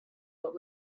what